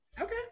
okay